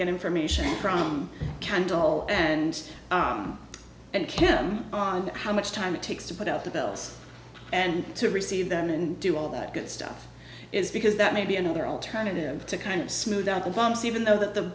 get information from cantle and and kim on how much time it takes to put out the bills and to receive them and do all that good stuff is because that may be another alternative to kind of smooth out the bumps even though th